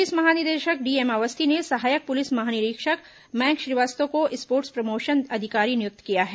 police महानिदेशक DM Awasthi ने सहायक पुलिस महानिरीक्षक मयंक श्रीवास्तव को स्पोर्टस प्रमोशन अधिकारी नियुक्त किया है